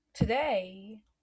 Today